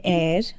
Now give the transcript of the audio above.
air